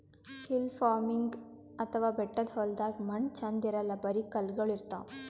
hill farming ಅಥವಾ ಬೆಟ್ಟದ್ ಹೊಲ್ದಾಗ ಮಣ್ಣ್ ಛಂದ್ ಇರಲ್ಲ್ ಬರಿ ಕಲ್ಲಗೋಳ್ ಇರ್ತವ್